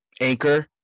Anchor